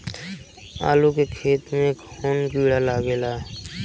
आलू के खेत मे कौन किड़ा लागे ला?